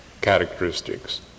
characteristics